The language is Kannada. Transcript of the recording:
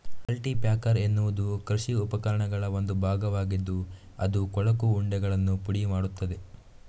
ಕಲ್ಟಿ ಪ್ಯಾಕರ್ ಎನ್ನುವುದು ಕೃಷಿ ಉಪಕರಣಗಳ ಒಂದು ಭಾಗವಾಗಿದ್ದು ಅದು ಕೊಳಕು ಉಂಡೆಗಳನ್ನು ಪುಡಿ ಮಾಡುತ್ತದೆ